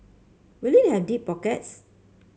will it have deep pockets